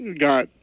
got